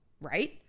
right